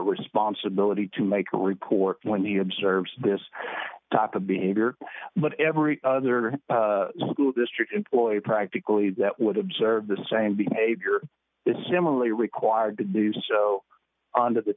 responsibility to make a report when he observes this type of behavior but every other school district employee practically that would observe the same behavior is similarly required to do so under the